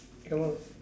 can one